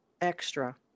extra